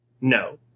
No